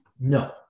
no